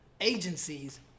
agencies